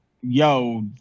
yo